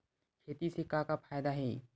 खेती से का का फ़ायदा हे?